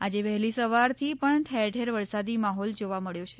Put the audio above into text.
આજે વહેલી સવારથી પણ ઠેર ઠેર વરસાદી માહોલ જોવા મબ્યો છે